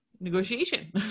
negotiation